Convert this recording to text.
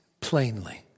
plainly